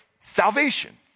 Salvation